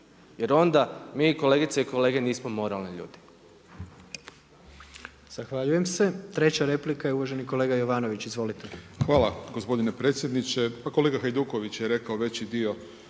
Jer onda mi, kolegice i kolege nismo moralni ljudi.